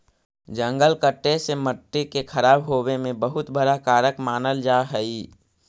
जंगल कटे से मट्टी के खराब होवे में बहुत बड़ा कारक मानल जा हइ